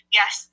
yes